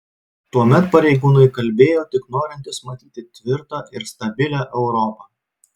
tuomet pareigūnai kalbėjo tik norintys matyti tvirtą ir stabilią europą